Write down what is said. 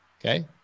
Okay